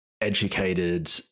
educated